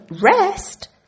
rest